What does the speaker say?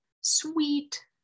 sweet